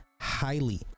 highly